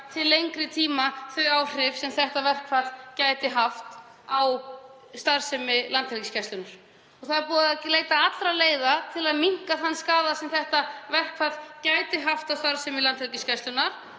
að ekki verði þau áhrif sem þetta verkfall gæti haft á starfsemi Landhelgisgæslunnar. Það er búið að leita allra leiða til að minnka þann skaða sem þetta verkfall gæti haft á starfsemi Landhelgisgæslunnar